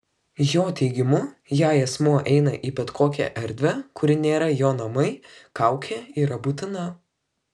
jo teigimu jei asmuo eina į bet kokią erdvę kuri nėra jo namai kaukė yra būtina